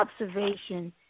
observation